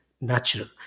Natural